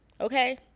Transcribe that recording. Okay